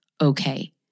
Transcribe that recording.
okay